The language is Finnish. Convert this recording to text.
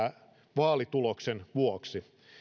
vaalituloksen vuoksi